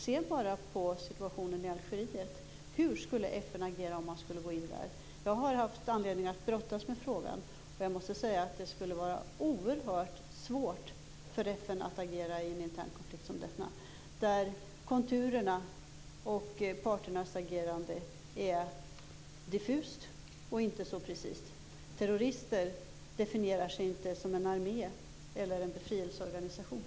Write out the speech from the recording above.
Se bara på situationen i Algeriet! Hur skulle FN agera om man skulle gå in där? Jag har haft anledning att brottas med frågan, och jag måste säga att det skulle vara oerhört svårt för FN att agera i en intern konflikt som denna. Konturerna och parternas agerande är diffusa, och inte så precisa. Terrorister definierar sig inte som en armé eller en befrielseorganisation.